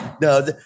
No